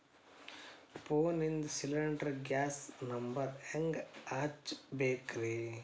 ಫೋನಿಂದ cylinder gas number ಹೆಂಗ್ ಹಚ್ಚ ಬೇಕ್ರಿ?